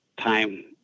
time